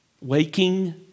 waking